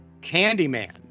Candyman